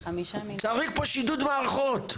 צריך פה שידוד מערכות.